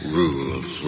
rules